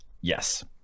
Yes